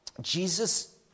Jesus